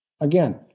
Again